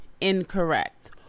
incorrect